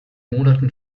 monaten